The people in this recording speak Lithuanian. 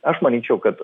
aš manyčiau kad